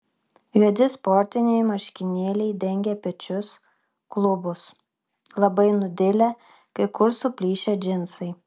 juodi sportiniai marškinėliai dengė pečius klubus labai nudilę kai kur suplyšę džinsai